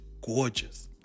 gorgeous